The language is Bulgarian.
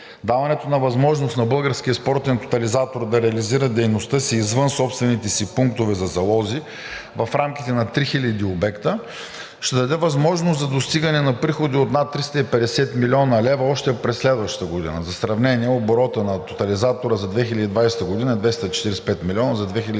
Даването на възможност на Българския спортен тотализатор да реализира дейността си извън собствените си пунктове за залози в рамките на 3 хиляди обекта ще даде възможност за достигане на приходи от над 350 млн. лв. още през следващата година. За сравнение оборотът на тотализатора за 2020 г. е 245 милиона, а за 2021 г.